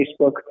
Facebook